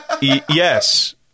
Yes